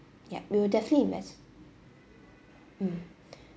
yup we will definitely invest~ mm